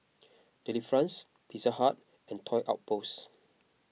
Delifrance Pizza Hut and Toy Outpost